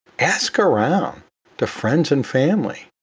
ask around to friends and family.